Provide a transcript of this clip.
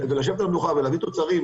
ולשבת על המדוכה ולהביא תוצרים,